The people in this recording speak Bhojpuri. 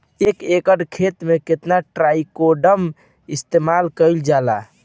एक एकड़ खेत में कितना ट्राइकोडर्मा इस्तेमाल कईल जाला?